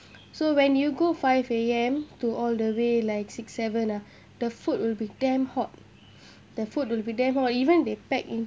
so when you go five A_M to all the way like six seven ah the food will be damn hot the food will be damn hot even they pack in